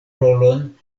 rolon